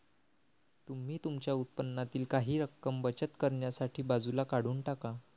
तुम्ही तुमच्या उत्पन्नातील काही रक्कम बचत करण्यासाठी बाजूला काढून टाका